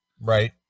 Right